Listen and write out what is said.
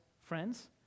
friends